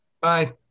Bye